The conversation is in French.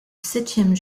septième